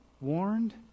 warned